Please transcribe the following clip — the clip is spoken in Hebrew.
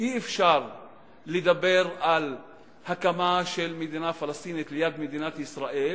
אי-אפשר לדבר על הקמה של מדינה פלסטינית ליד מדינת ישראל